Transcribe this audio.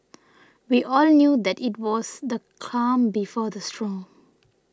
we all knew that it was the calm before the storm